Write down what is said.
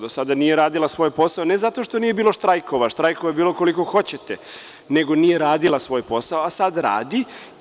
Do sada nije radila svoj posao ne zato što nije bilo štrajkova, štrajkova je bilo koliko hoćete, nego nije radila svoj posao, a sada radi.